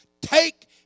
Take